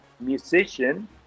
musician